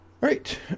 right